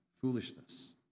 foolishness